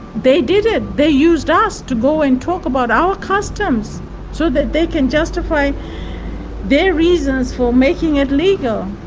they did it they used us to go and talk about our customs so that they can justify their reasons for making it legal.